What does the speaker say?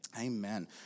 Amen